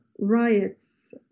riots